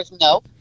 no